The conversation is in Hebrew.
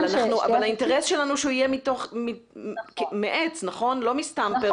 אבל האינטרס שלנו הוא יבוא מעץ ולא מסתם פרגולה.